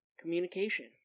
communication